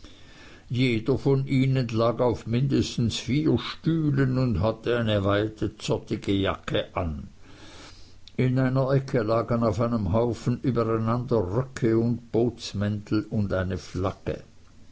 jeder von ihnen lag auf mindestens vier stühlen und hatte eine weite zottige jacke an in einer ecke lagen auf einem haufen übereinander röcke und bootsmäntel und eine flagge